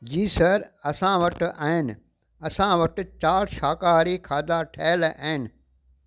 जी sir असां वटि आहिनि असां वटि चारि शाकाहारी खाधा ठहियल आहिनि